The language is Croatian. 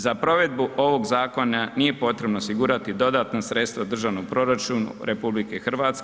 Za provedbu ovog zakona nije potrebno osigurati dodatno sredstvo u državni proračun RH.